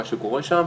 מה שקורה שם,